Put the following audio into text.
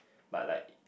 but like